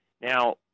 Now